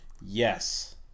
yes